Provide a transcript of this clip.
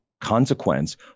consequence